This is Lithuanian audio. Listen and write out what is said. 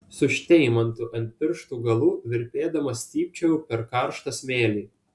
su šteimantu ant pirštų galų virpėdama stypčiojau per karštą smėlį